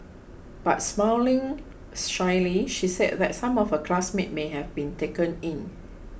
but smiling shyly she said that some of her classmates may have been taken in